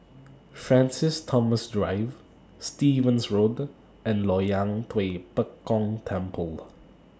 Francis Thomas Drive Stevens Road and Loyang Tua Pek Kong Temple